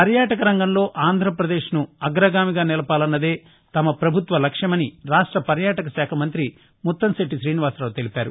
పర్యాటక రంగంలో ఆంధ్రప్రదేశ్ ను దేశంలోనే అగగామిగా నిలపాలన్నదే తమ పభుత్వ లక్ష్మమని రాష్ట పర్యాటక శాఖ మంత్రి ముత్తంశెట్లి తీనివాసరావు తెలిపారు